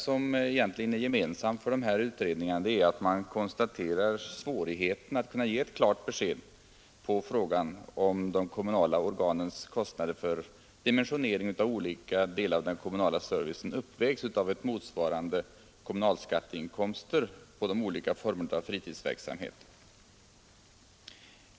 Det enda gemensamma för dessa utredningar är att man konstaterar svårigheten att kunna ge ett klart besked på frågan, om de kommunala organens kostnader för dimensionering av olika delar av den kommunala servicen uppvägs av motsvarande kommunalskatteinkomster av de olika formerna av fritidsverksamhet.